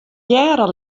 hearre